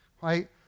Right